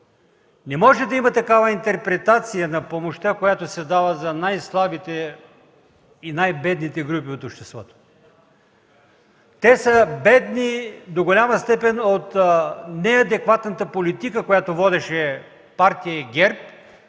Не може да има такава интерпретация на помощта, която се дава за най-слабите и най-бедните групи от обществото. Те са бедни до голяма степен от неадекватната политика, която водеше партия ГЕРБ,